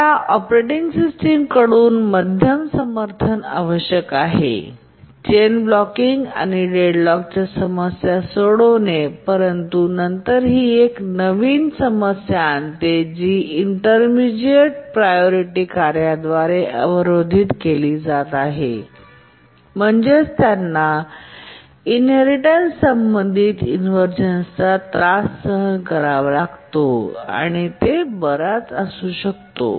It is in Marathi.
त्याला ऑपरेटिंग सिस्टम कडून मध्यम समर्थन आवश्यक आहे चेन ब्लॉकिंग आणि डेडलॉक समस्या सोडवते परंतु नंतर ही एक नवीन समस्या आणते जी इंटरमिजिएट प्रायोरिटी कार्याद्वारे अवरोधित केली जात आहे म्हणजेच त्यांना इनहेरिटेन्स संबंधित इन्व्हरझनस त्रास सहन करावा लागतो आणि ते बराच असू शकते